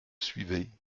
suivais